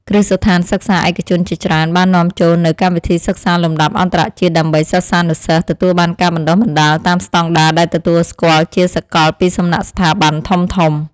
គ្រឹះស្ថានសិក្សាឯកជនជាច្រើនបាននាំចូលនូវកម្មវិធីសិក្សាលំដាប់អន្តរជាតិដើម្បី សិស្សានុសិស្សទទួលបានការបណ្តុះបណ្តាលតាមស្តង់ដារដែលទទួលស្គាល់ជាសកលពីសំណាក់ស្ថាប័នធំៗ។